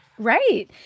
Right